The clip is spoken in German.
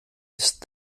ist